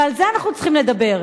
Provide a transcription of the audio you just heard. ועל זה אנחנו צריכים לדבר.